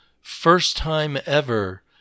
first-time-ever